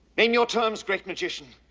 name your terms, great magician.